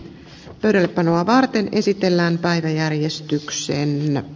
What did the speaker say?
kartanoa varten esitellään päiväjärjestykseen